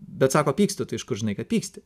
bet sako pykstu tai iš kur žinai kad pyksti